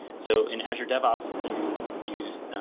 so in azure devops if you've used,